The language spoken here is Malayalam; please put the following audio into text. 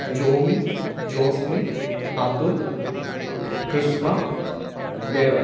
ജോമിൻ ജോസ്മിൻ അതുൽ കൃഷ്ണ ദേവൻ